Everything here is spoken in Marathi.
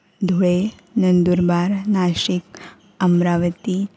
धुळे नंदुरबार नाशिक अमरावती